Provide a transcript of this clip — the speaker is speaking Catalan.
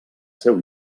seu